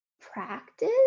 practice